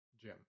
Jim